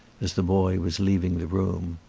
as the boy was leaving the room.